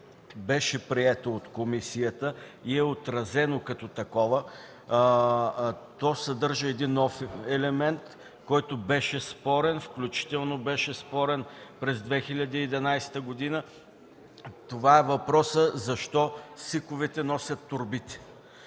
беше прието от комисията и е отразено като такова. То съдържа нов елемент, който беше спорен, включително беше спорен през 2011 г. – защо СИК-овете носят торбите.